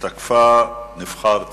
(10 במרס